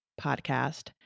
podcast